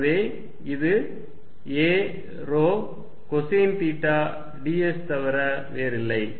எனவே இது a ρ cosine theta ds தவிர வேறில்லை